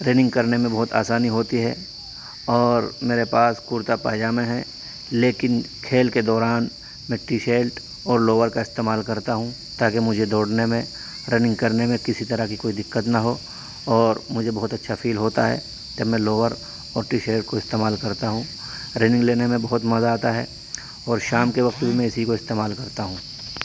running کرنے میں بہت آسانی ہوتی ہے اور میرے پاس کرتا پائجامہ ہے لیکن کھیل کے دوران میں ٹی شرٹ اور لوور کا استعمال کرتا ہوں تاکہ مجھے دوڑنے میں رننگ کرنے میں کسی طرح کی کوئی دقت نہ ہو اور مجھے بہت اچھا فیل ہوتا ہے جب میں لوور اور ٹی شرٹ کو استعمال کرتا ہوں رننگ لینے میں بہت مزہ آتا ہے اور شام کے وقت بھی اسی کو استعمال کرتا ہوں